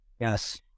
yes